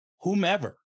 whomever